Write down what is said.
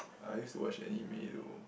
I used to watch anime though